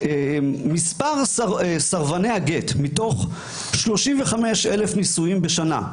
מספר סרבני הגט מתוך 35,000 נישואים בשנה,